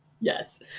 Yes